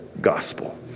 gospel